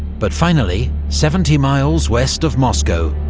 but finally, seventy miles west of moscow,